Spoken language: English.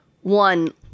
one